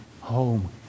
home